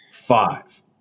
Five